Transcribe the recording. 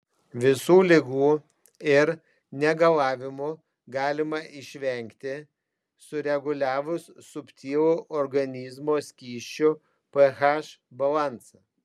visų ligų ir negalavimų galima išvengti sureguliavus subtilų organizmo skysčių ph balansą